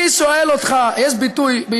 יש ביטוי,